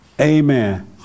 amen